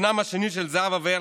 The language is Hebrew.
בנם השני של זהבה והרצל,